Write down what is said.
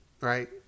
right